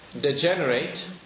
degenerate